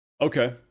Okay